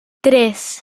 tres